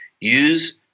use